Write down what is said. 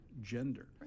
gender